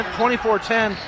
24-10